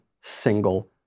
single